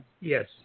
Yes